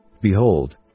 Behold